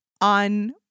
on